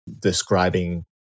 describing